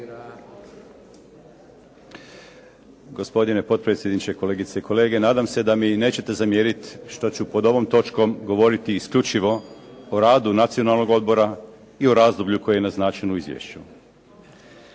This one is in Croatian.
gospodine potpredsjedniče, kolegice i kolege. Nadam se da mi nećete zamjeriti što ću pod ovom točkom govoriti isključivo o radu Nacionalnog odbora i o razdoblju koje je naznačeno u Izvješću.